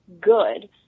good